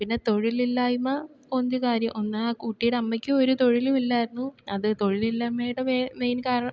പിന്നെ തൊഴിലില്ലായ്മ ഒന്ന് കാര്യം ഒന്ന് ആ കുട്ടിയുടെ അമ്മയ്ക്ക് ഒരു തൊഴിലും ഇല്ലായിരുന്നു അത് തൊഴിലില്ലായ്മയുടെ മെയിൻ കാരണം